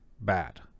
bad